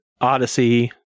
Odyssey